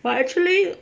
but actually